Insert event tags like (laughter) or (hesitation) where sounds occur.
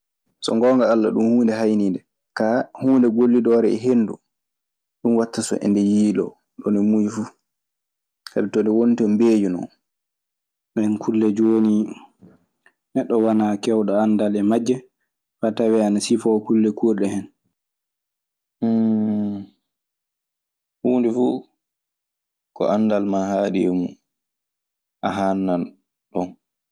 So ngoonga Alla ɗum huunde hayniinde, kaa huunde gollidoore e henndu. Ɗum watta so eɗe yiiloo ɗo nde muy fuu, sabi to nde woni too yo mbeeyu non. Ɗen kulle jooni, neɗɗo wanaa keewɗo andaal e majje faa tawee ana sifoo kulle kuurɗe hen. (hesitation) Huunde fuu ko anndal maa haaɗi e mun, a haannan ɗon.